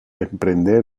emprender